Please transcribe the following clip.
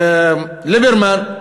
ליברמן,